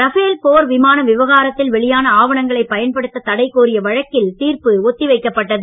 Rafale போர் விமான விவகாரத்தில் வெளியான ஆவணங்களை பயன்படுத்த தடைக் கோரிய வழக்கில் தீர்ப்பு ஒத்தி வைக்கப்பட்டது